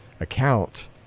account